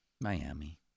Miami